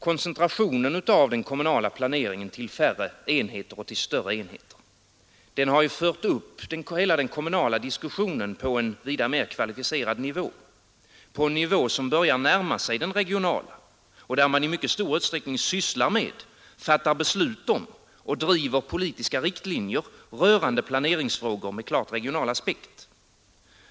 Koncentrationen av den kommunala planeringen till färre och större enheter har nämligen fört upp hela den kommunala diskussionen på en vida mer kvalificerad nivå, på en nivå som börjar närma sig den regionala och där man i mycket stor utsträckning sysslar med, fattar beslut om och driver politiska riktlinjer rörande planeringsfrågor med klart regionala aspekter.